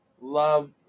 Love